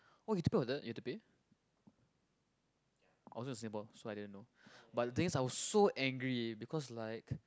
oh you have to pay for that you have to pay I wasn't in Singapore so I didn't know but the thing is I was so angry because like